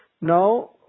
now